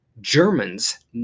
Germans